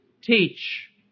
teach